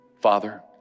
Father